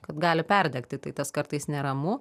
kad gali perdegti tai tas kartais neramu